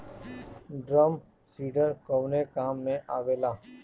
Drum seeder कवने काम में आवेला?